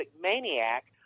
maniac